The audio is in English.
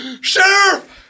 Sheriff